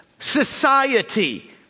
society